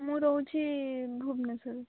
ମୁଁ ରହୁଛି ଭୁବନେଶ୍ୱରରେ